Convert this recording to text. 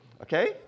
Okay